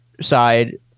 side